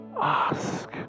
Ask